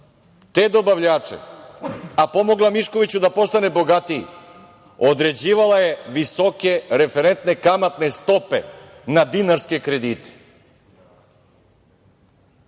te dobavljače, a pomogla Miškoviću da postane bogatiji određivala je visoke kamatne stope na dinarske kredite,